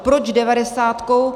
Proč devadesátkou?